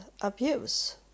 abuse